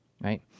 right